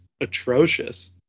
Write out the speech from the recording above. atrocious